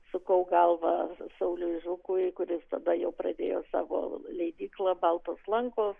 sukau galvą sauliui žukui kuris tada jau pradėjo savo leidyklą baltos lankos